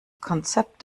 konzept